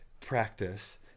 practice